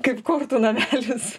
kaip kortų namelis